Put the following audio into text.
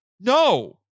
No